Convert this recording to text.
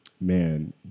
Man